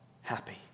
happy